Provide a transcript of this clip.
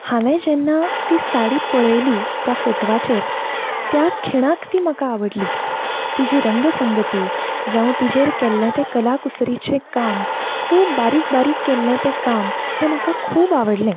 हांवे जेन्ना ती साडी पळयली त्या फोटवाचेर त्या खिणाक ती म्हाका आवडली तिजी रंग संगती जांव तिचेर केल्लें तें कला कुसरीचें काम खूब बारीक बारीक केल्लें तें काम हें म्हाका खूब आवडलें